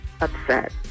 upset